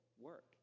work